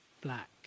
black